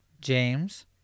James